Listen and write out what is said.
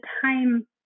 time